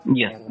Yes